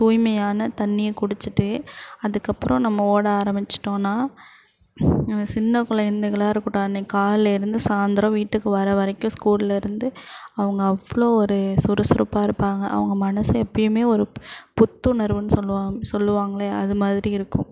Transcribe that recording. தூய்மையான தண்ணியை குடிச்சிட்டு அதுக்கப்புறம் நம்ம ஓட ஆரம்பிச்சிட்டோனா சின்ன குழந்தைகளா இருக்கட்டும் அன்றைக்கு காலைலேருந்து சாயந்திரம் வீட்டுக்கு வர வரைக்கும் ஸ்கூல்லேருந்து அவங்க அவ்வளோ ஒரு சுறுசுறுப்பாக இருப்பாங்க அவங்க மனசு எப்போயுமே ஒரு புத்துணர்வுன்னு சொல்லுவாங்க சொல்லுவாங்களில் அது மாதிரி இருக்கும்